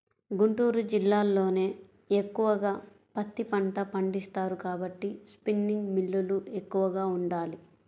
గుంటూరు జిల్లాలోనే ఎక్కువగా పత్తి పంట పండిస్తారు కాబట్టి స్పిన్నింగ్ మిల్లులు ఎక్కువగా ఉండాలి